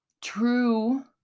true